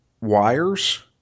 wires